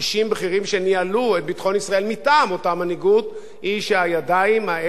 מטעם אותה מנהיגות הוא שהידיים האלה אינן הידיים הנכונות.